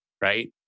Right